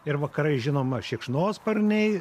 ir vakarais žinoma šikšnosparniai